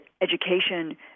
education